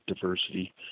diversity